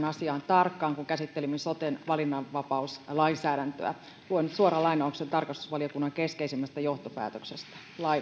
asiaan tarkkaan kun käsittelimme soten valinnanvapauslainsäädäntöä luen nyt suoran lainauksen tarkastusvaliokunnan keskeisimmästä johtopäätöksestä